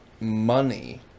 Money